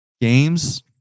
games